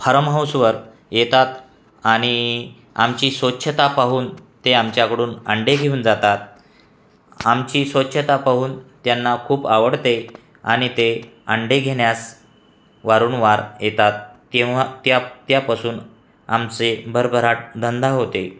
form हाऊसवर येतात आणि आमची स्वच्छता पाहून ते आमच्याकडून अंडे घेऊन जातात आमची स्वच्छता पाहून त्यांना खूप आवडते आणि ते अंडे घेण्यास वारंवार येतात तेव्हा त्या त्यापासून आमचे भरभराट धंदा होते